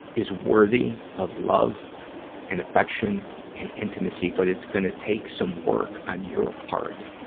is worthy of love and affection and intimacy, but it's gonna take some work on your part